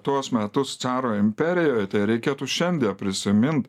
tuos metus caro imperijoj tai reikėtų šiandie prisimint